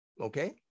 Okay